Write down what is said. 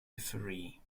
referee